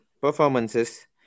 performances